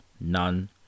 None